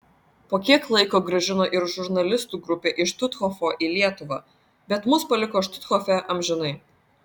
po kiek laiko grąžino ir žurnalistų grupę iš štuthofo į lietuvą bet mus paliko štuthofe amžinai